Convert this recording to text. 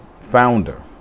founder